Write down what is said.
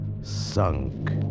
Sunk